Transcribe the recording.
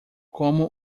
como